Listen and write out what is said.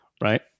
Right